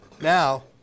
Now